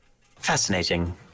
Fascinating